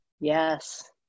Yes